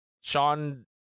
Sean